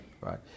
Right